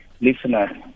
listener